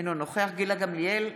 אינו נוכח גילה גמליאל,